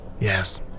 Yes